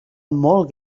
molt